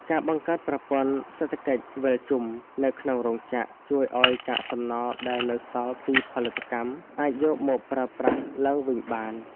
ការបង្កើតប្រព័ន្ធសេដ្ឋកិច្ចវិលជុំ នៅក្នុងរោងចក្រ ជួយឱ្យកាកសំណល់ដែលនៅសល់ពីផលិតកម្ម អាចយកមកប្រើប្រាស់ឡើងវិញបាន។